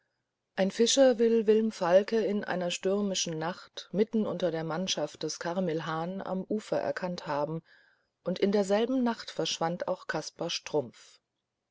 ein fischer will wilm falke in einer stürmischen nacht mitten unter der mannschaft des carmilhan am ufer erkannt haben und in derselben nacht verschwand auch kaspar strumpf